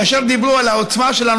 כאשר דיברו על העוצמה שלנו,